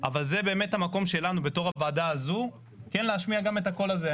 אבל זה באמת המקום שלנו בתור הוועדה הזו כן להשמיע גם את הקול הזה.